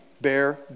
bear